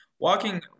Walking